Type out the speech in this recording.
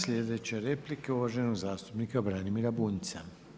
Sljedeća replika je uvaženog zastupnika Branimira Bunjca.